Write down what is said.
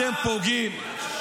אתם פוגעים.